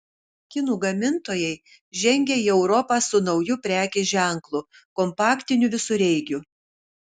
kinų gamintojai žengia į europą su nauju prekės ženklu kompaktiniu visureigiu